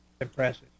Impressive